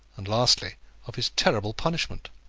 and lastly of his terrible punishment.